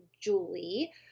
Julie